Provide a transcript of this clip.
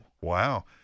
Wow